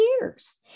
years